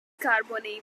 carbonate